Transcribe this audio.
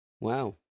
Wow